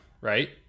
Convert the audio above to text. right